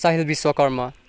Sahil Vishwakarma